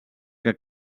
que